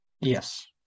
Yes